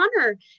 honor